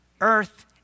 Earth